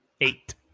Eight